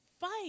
fight